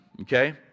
okay